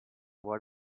what